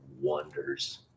wonders